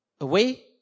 away